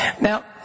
Now